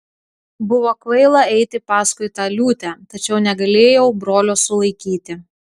buvo kvaila eiti paskui tą liūtę tačiau negalėjau brolio sulaikyti